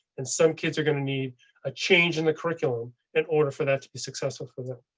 and some kids are going to need a change in the curriculum in order for that to be successful for them.